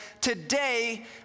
today